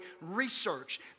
research